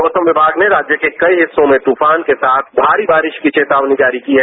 मौसम विभाग ने राज्य के कई हिस्सों में तूफान के साथ भारी बारिश की चेतावनी जारी की है